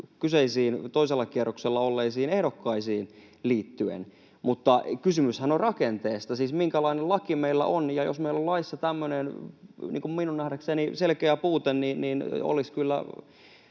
kyseisiin toisella kierroksella olleisiin ehdokkaisiin liittyen, mutta kysymyshän on rakenteesta, siis siitä, minkälainen laki meillä on, ja jos meillä on laissa tämmöinen minun nähdäkseni selkeä puute, niin olisi kyllä